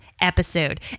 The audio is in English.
episode